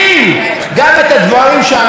ויחד עם זאת,